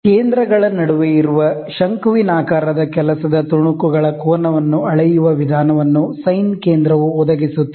ಕೇಂದ್ರಗಳ ನಡುವೆ ಇರುವ ಶಂಕುವಿನಾಕಾರದ ಕೆಲಸದ ತುಣುಕುಗಳ ಕೋನವನ್ನು ಅಳೆಯುವ ವಿಧಾನವನ್ನು ಸೈನ್ ಕೇಂದ್ರವು ಒದಗಿಸುತ್ತದೆ